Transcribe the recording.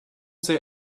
say